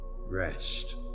rest